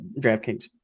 DraftKings